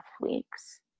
weeks